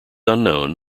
unknown